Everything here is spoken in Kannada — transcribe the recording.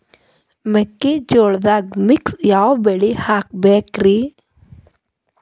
ಮೆಕ್ಕಿಜೋಳದಾಗಾ ಮಿಕ್ಸ್ ಯಾವ ಬೆಳಿ ಹಾಕಬೇಕ್ರಿ?